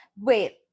Wait